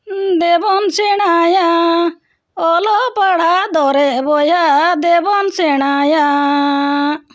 ᱫᱮᱵᱚᱱ ᱥᱮᱬᱟᱭᱟ ᱚᱞᱚᱜ ᱯᱟᱲᱦᱟᱜ ᱫᱚᱨᱮ ᱵᱚᱭᱦᱟ ᱫᱮᱵᱚᱱ ᱥᱮᱬᱟᱭᱟᱻ